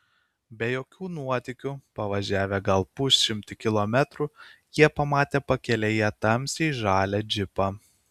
be jokių nuotykių pavažiavę gal pusšimtį kilometrų jie pamatė pakelėje tamsiai žalią džipą